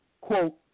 quote